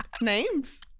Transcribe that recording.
Names